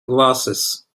glasses